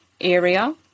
area